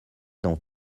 dans